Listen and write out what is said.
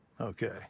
Okay